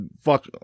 Fuck